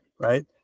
right